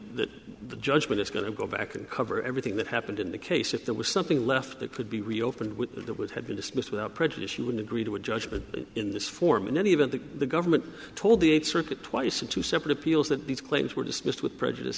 the judgment is going to go back and cover everything that happened in the case if there was something left that could be reopened with that that would have been dismissed without prejudice you would agree to a judgment in this form in any event that the government told the circuit twice in two separate appeals that these claims were dismissed with prejudice